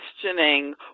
questioning